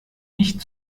nicht